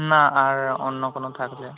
না আর অন্য কোনো থাকলে